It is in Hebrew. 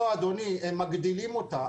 לא אדוני, הם מגדילים אותה.